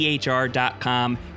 THR.com